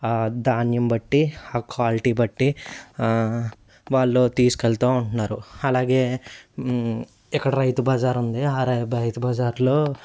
ధాన్యం బట్టి ఆ క్వాలిటీ బట్టి వాళ్ళు తీసుకెళ్తూ ఉంటున్నారు అలాగే ఇక్కడ రైతు బజార్ ఉంది ఆ బ రైతు బజారులో